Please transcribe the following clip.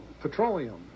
petroleum